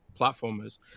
platformers